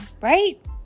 Right